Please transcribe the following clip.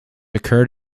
occurred